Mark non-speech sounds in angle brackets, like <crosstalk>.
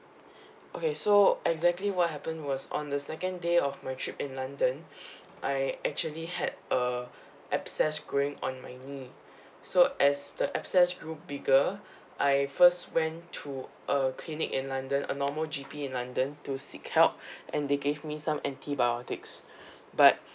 <breath> okay so exactly what happened was on the second day of my trip in london <breath> I actually had a abscess growing on my knee <breath> so as the abscess grew bigger <breath> I first went to a clinic in london a normal G_P in london to seek help <breath> and they gave me some antibiotics <breath> but